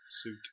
suit